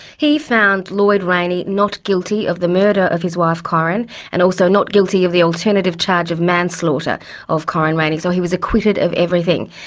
he found lloyd rayney not guilty of the murder of his wife corryn and also not guilty of the alternative charge of manslaughter of corryn rayney, so he was acquitted of everything.